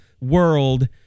world